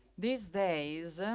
these days,